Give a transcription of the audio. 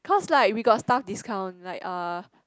cause like we got staff discount like uh